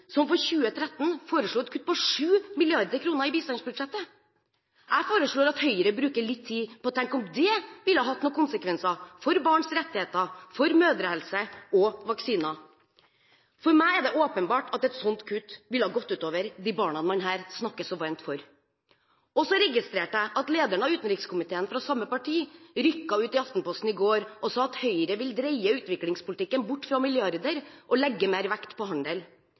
som for 2013 foreslo et kutt på 7 mrd. kr i bistandsbudsjettet. Jeg foreslår at Høyre bruker litt tid på å tenke på om dét ville ha hatt noen konsekvenser for barns rettigheter, for mødrehelse og for vaksiner. For meg er det åpenbart at et sånt kutt ville gått ut over de barna man her snakker så varmt for. Jeg registrerte at lederen av utenrikskomiteen, fra samme parti, rykket ut i Aftenposten i går og sa at Høyre vil dreie utviklingspolitikken bort fra milliarder og legge mer vekt på handel